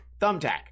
Thumbtack